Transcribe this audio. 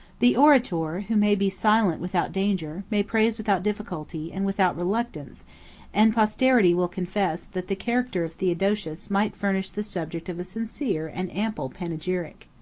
the orator, who may be silent without danger, may praise without difficulty, and without reluctance and posterity will confess, that the character of theodosius might furnish the subject of a sincere and ample panegyric.